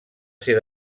ser